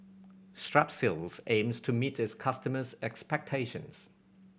strepsils aims to meet its customers' expectations